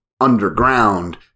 underground